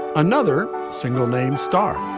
another single name star